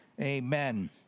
Amen